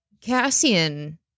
Cassian